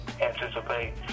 anticipate